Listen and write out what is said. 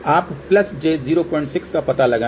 आप j 06 का पता लगाएं